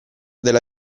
della